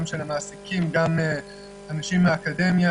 של המעסיקים וגם אנשים מהאקדמיה,